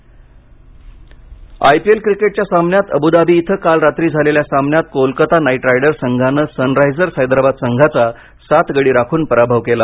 I P L I P L क्रिकेटच्या सामन्यात Abu Dhabi इथं काल रात्री झालेल्या सामन्यात कोलकाता नाईट रायडर्स संघानं सनरायझर्स हैद्राबाद संघाचा सात गडी राखून पराभव केला